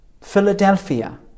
Philadelphia